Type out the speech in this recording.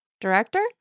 director